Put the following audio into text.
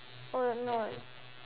oh no